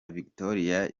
victoria